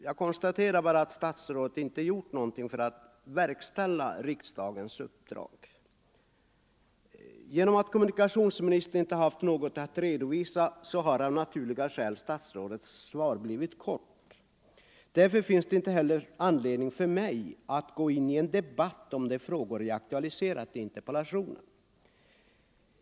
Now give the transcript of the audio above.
Jag konstaterar bara att statsrådet inte gjort någonting för att verkställa riksdagens uppdrag. Av naturliga skäl -— kommunikationsministern har ju inte haft någonting att redovisa — har statsrådets svar blivit kort. Därför finns det inte heller anledning för mig att gå in i en debatt om de frågor jag aktualiserat i interpellationen.